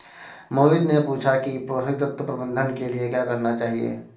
मोहित ने पूछा कि पोषण तत्व प्रबंधन के लिए क्या करना चाहिए?